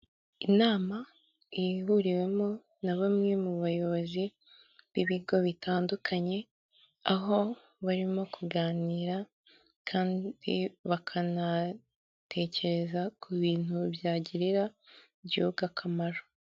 Inama ihuriwemo na bamwe mu bayobozi b'ibigo bitandukanye aho barimo kuganira kandi bakanatekereza ku bintu byagirira igihugu akamaro.